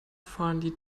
finely